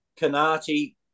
Canati